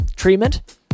Treatment